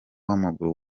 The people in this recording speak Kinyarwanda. w’amaguru